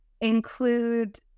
include